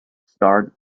starred